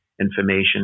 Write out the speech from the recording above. information